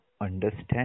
understand